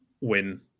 win